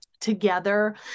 together